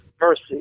mercy